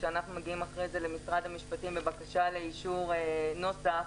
כשאנחנו מגיעים אחרי זה למשרד המשפטים בבקשה לאישור נוסח,